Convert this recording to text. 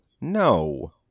No